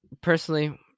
personally